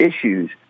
issues